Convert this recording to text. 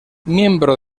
miembro